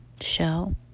show